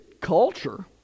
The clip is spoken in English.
culture